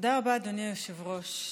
תודה רבה, אדוני היושב-ראש.